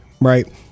Right